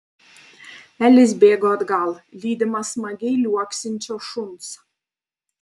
elis bėgo atgal lydimas smagiai liuoksinčio šuns